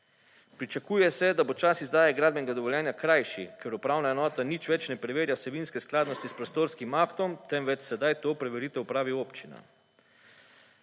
Pričakuje se, da bo čas izdaje gradbenega dovoljenja krajši, ker upravna enota nič več ne preverja vsebinske skladnosti s prostorskim aktom temveč sedaj to preveritev opravi občina.